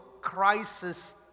crisis